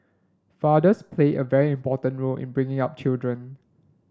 fathers play a very important role in bringing up children